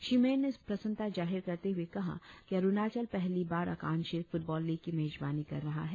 श्री मेन ने प्रसन्नता जाहिर करते हुए कहा कि अरुणाचल पहली बार आकांक्षित फुटबॉल लीग की मेजबानी कर रहा है